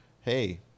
hey